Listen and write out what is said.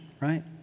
right